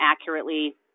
accurately